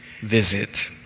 visit